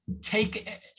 take